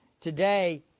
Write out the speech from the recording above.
today